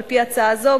על-פי הצעה זו,